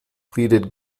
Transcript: pleaded